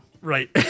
right